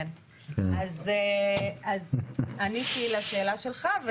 כן, עניתי לשאלה שלך.